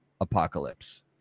apocalypse